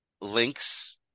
links